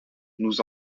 nous